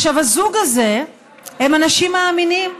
הזוג הזה הם אנשים מאמינים,